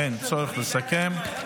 אין צורך לסכם.